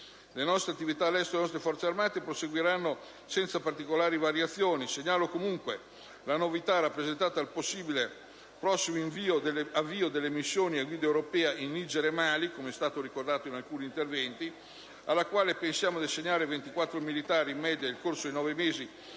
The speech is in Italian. Le altre attività all'estero delle nostre Forze armate proseguiranno senza significative variazioni. Segnalo comunque la novità rappresentata dal possibile prossimo avvio della missione a guida europea in Niger e Mali, come è stato ricordato in alcuni interventi, alla quale pensiamo di assegnare 24 militari, in media, nel corso dei nove mesi